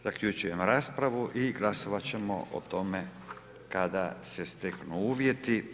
Zaključujem raspravu i glasovati ćemo o tome kada se steknu uvjeti.